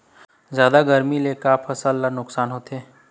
जादा गरमी ले का का फसल ला नुकसान होथे?